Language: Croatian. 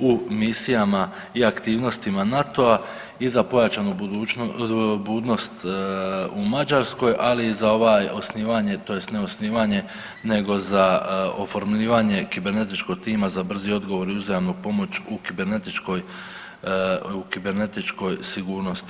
u misijama i aktivnostima NATO-a i za pojačanu budnost u Mađarskoj, ali za ovaj osnivanje tj. ne osnivanje nego za oformljivanje kibernetičkog tima za brzi odgovor i uzajamnu pomoć u kibernetičkoj sigurnosti.